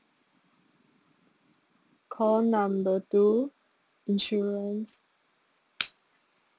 call number two insurance